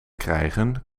krijgen